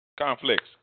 Conflicts